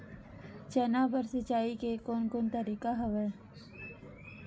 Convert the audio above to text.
चना बर सिंचाई के कोन कोन तरीका हवय?